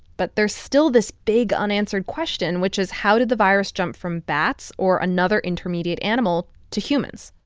but there's still this big unanswered question, which is, how did the virus jump from bats or another intermediate animal to humans?